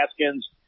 Haskins